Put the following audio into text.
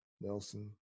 Nelson